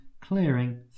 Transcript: clearing